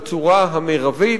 בצורה המרבית,